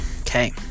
Okay